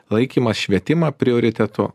laikymas švietimą prioritetu